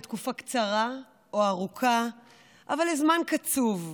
לתקופה קצרה או ארוכה אבל לזמן קצוב,